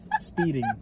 speeding